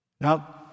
Now